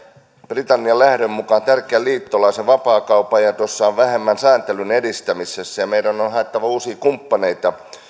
britannian lähdön mukana tärkeän liittolaisen vapaakaupan ja vähemmän sääntelyn edistämisessä ja meidän on on haettava uusia kumppaneita